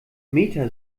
meta